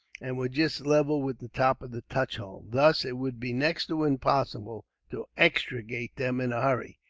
and were just level with the top of the touch hole. thus, it would be next to impossible to extricate them in a hurry.